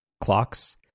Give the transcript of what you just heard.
clocks